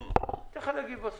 אני אתן לך להגיב בסוף.